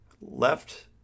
left